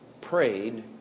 prayed